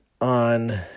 on